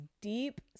deep